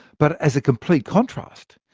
but as a complete contrast,